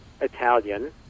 Italian